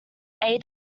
aid